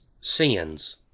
sins